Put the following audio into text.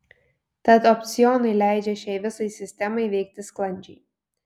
tad opcionai leidžia šiai visai sistemai veikti sklandžiai